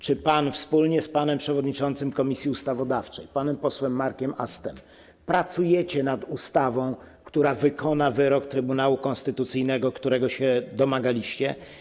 Czy pan, wspólnie z przewodniczącym Komisji Ustawodawczej panem posłem Markiem Astem, pracuje nad projektem ustawy, która wykona wyrok Trybunału Konstytucyjnego, którego się domagaliście?